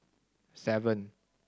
seven